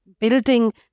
building